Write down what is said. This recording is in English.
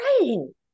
writing